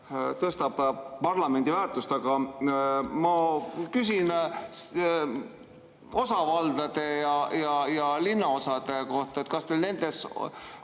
tõstab parlamendi väärtust. Aga ma küsin osavaldade ja linnaosade kohta. Kas teil nendel